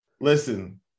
Listen